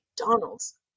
McDonald's